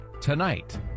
tonight